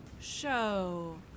Show